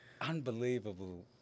unbelievable